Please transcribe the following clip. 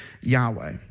Yahweh